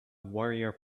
warrior